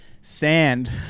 Sand